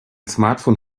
smartphone